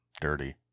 Dirty